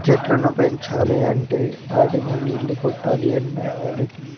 చెట్లను పెంచాలి అంటే వాటికి నీళ్ళు కొట్టాలి అన్న వాళ్ళకి